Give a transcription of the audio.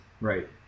right